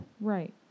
Right